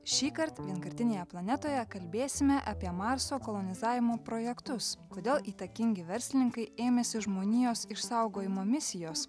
šįkart vienkartinėje planetoje kalbėsime apie marso kolonizavimo projektus kodėl įtakingi verslininkai ėmėsi žmonijos išsaugojimo misijos